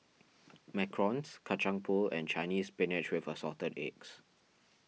Macarons Kacang Pool and Chinese Spinach with Assorted Eggs